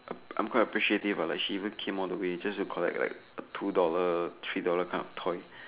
I I'm quite appreciative but like she even came all the way just to collect like a two dollar three dollar kind of toy